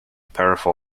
powerful